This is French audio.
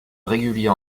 régulier